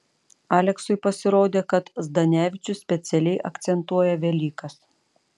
aleksui pasirodė kad zdanavičius specialiai akcentuoja velykas